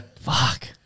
Fuck